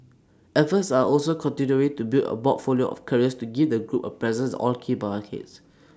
efforts are also continuing to build A portfolio of carriers to give the group A presences all key markets